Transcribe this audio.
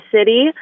city